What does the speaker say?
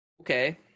Okay